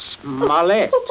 smollett